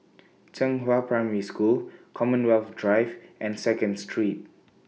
Zhenghua Primary School Commonwealth Drive and Second Street